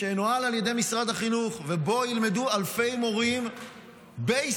שינוהל על ידי משרד החינוך ובו ילמדו אלפי מורים בישראל,